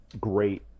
great